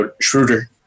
Schroeder